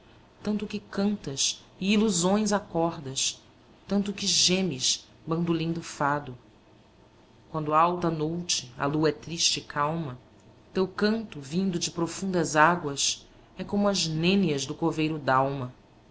tanto que cantas e ilusões acordas tanto que gemes bandolim do fado quando alta noute a lua é triste e calma teu canto vindo de produndas fráguas é como as nênias do coveiro dalma